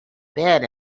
bed